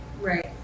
Right